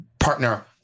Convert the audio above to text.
partner